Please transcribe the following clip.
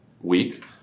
week